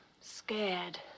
Scared